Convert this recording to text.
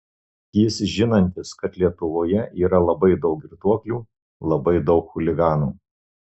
jis žinantis kad lietuvoje yra labai daug girtuoklių labai daug chuliganų